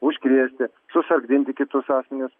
užkrėsti susargdinti kitus asmenis